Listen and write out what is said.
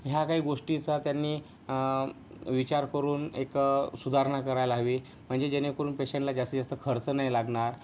ह्या काही गोष्टीचा त्यांनी विचार करून एक सुधारणा करायला हवी म्हणजे जेणेकरून पेशंटला जास्तीत जास्त खर्च नाही लागणार